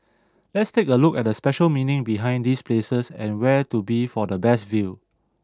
let's take a look at the special meaning behind these places and where to be for the best view